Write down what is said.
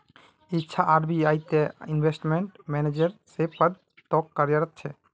इच्छा आर.बी.आई त assistant manager रे पद तो कार्यरत छे